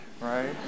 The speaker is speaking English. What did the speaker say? right